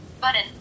Button